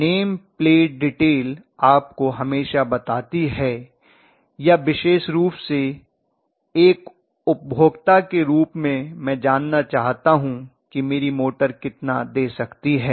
name plate detail आपको हमेशा बताती है या विशेष रूप से एक उपभोक्ता के रूप में मैं जानना चाहता हूं कि मेरी मोटर कितना दे सकती है